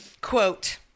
Quote